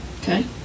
Okay